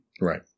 Right